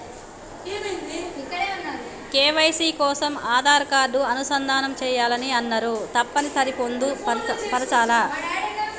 KYC కోసం Aadhaar card అనుసంధానం చేయాలని అన్నరు తప్పని సరి పొందుపరచాలా?